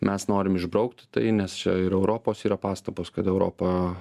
mes norim išbraukti tai nes čia ir europos yra pastabos kad europa